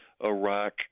Iraq